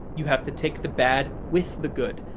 you have to take the bad with the good,